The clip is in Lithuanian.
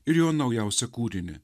ir jo naujausią kūrinį